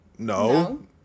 No